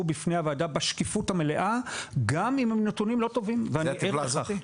בפני הוועדה בשקיפות המלאה גם אם אלה נתונים לא טובים אלה הנתונים.